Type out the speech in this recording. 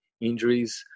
injuries